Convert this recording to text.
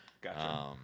Gotcha